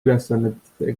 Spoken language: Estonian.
ülesannete